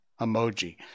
emoji